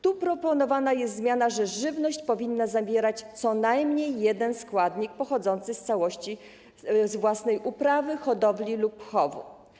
Tu proponowana jest zmiana polegająca na tym, że żywność powinna zawierać co najmniej jeden składnik pochodzący w całości z własnej uprawy, hodowli lub chowu.